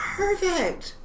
perfect